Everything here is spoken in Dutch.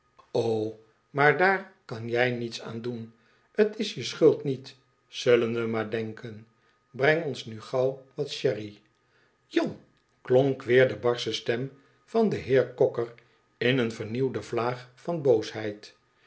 o maar daar kan jij niets aan doen t is je schuld niet zullen we maar denken breng ons nu gauw wat sherry jan klonk weer de barsche stem van den heer cocker in een vernieuwde vlaag van boosheid